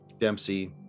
Dempsey